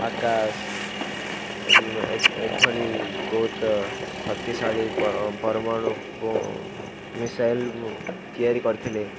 ଆକାଶ ଏଭଳି ବହୁତ ଶକ୍ତିଶାଳୀ ପରମାଣୁ ମିସାଇଲ୍ ତିଆରି କରିଥିଲେ